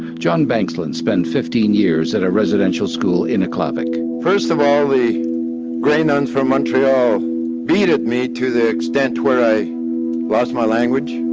john banksland spent fifteen years at a residential school in aklavik. first of all, the grey nun from montreal beated me to the extent where i lost my language,